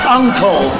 uncle